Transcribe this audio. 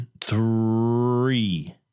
Three